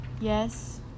Yes